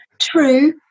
True